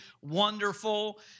wonderful